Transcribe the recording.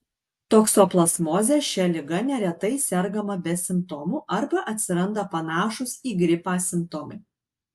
toksoplazmozė šia liga neretai sergama be simptomų arba atsiranda panašūs į gripą simptomai